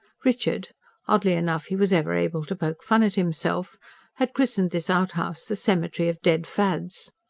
richard oddly enough he was ever able to poke fun at himself had christened this outhouse the cemetery of dead fads.